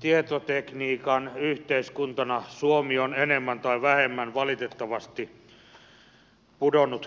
tietotekniikan yhteiskuntana suomi on enemmän tai vähemmän valitettavasti pudonnut kelkasta